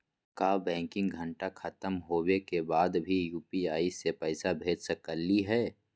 का बैंकिंग घंटा खत्म होवे के बाद भी यू.पी.आई से पैसा भेज सकली हे?